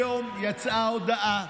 היום יצאה הודעה,